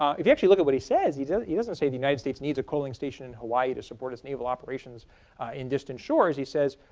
if you actually look at what he says, he doesn't he doesn't say the united states needs a coaling station in hawaii to support its naval operations in distant shores. he says